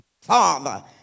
father